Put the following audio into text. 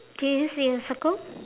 okay it's in a circle